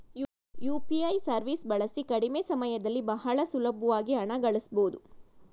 UPI ಸವೀಸ್ ಬಳಸಿ ಕಡಿಮೆ ಸಮಯದಲ್ಲಿ ಬಹಳ ಸುಲಬ್ವಾಗಿ ಹಣ ಕಳಸ್ಬೊದು